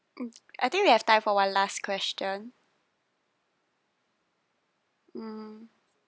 mm I think we have time for one last question hmm